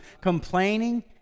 Complaining